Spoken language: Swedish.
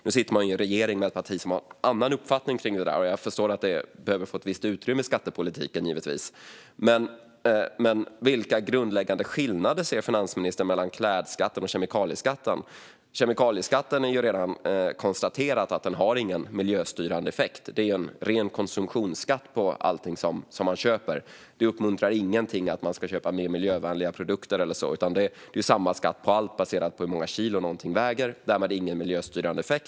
Nu sitter man i regering med ett parti som har en annan uppfattning kring det där, och jag förstår att det behöver få ett visst utrymme i skattepolitiken. Men vilka grundläggande skillnader ser finansministern mellan klädskatten och kemikalieskatten? Det är ju redan konstaterat att kemikalieskatten inte har någon miljöstyrande effekt utan att det är en ren konsumtionsskatt på allting som köps. Det uppmuntrar inte människor att köpa mer miljövänliga produkter eller så, utan det är samma skatt på allt baserat på hur många kilo någonting väger. Därmed finns det ingen miljöstyrande effekt.